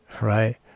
right